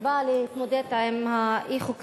היא באה להתמודד עם האי-חוקיות